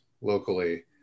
locally